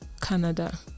Canada